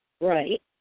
Right